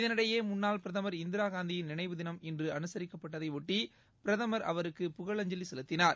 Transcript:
இதனிடையேமுன்னாள் பிரதமர் இந்திராகாந்தியின் நினைவு தினம் இன்றுஅனுசரிக்கப்படுவதையொட்டிபிரதமர்அவருக்கு புகழஞ்சலிசெலுத்தினார்